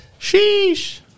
Sheesh